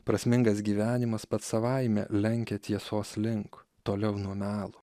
prasmingas gyvenimas pats savaime lenkia tiesos link toliau nuo melo